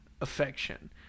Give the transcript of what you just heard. affection